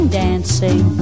dancing